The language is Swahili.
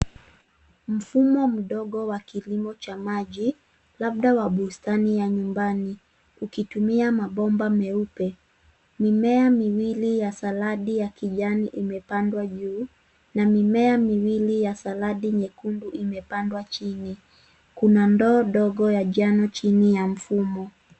Mfumo mdogo wa kilimo cha maji labda wa bustani ya nyumbani ukitumia mabomba meupe. Mimea miwili ya saladi yakijani imepandwa juu na mimea miwili ya saladi nyekundu imepandwa chini. Kuna ndoo ndogo ya jani chini ya mfumo.